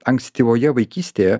ankstyvoje vaikystėje